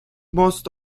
most